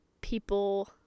people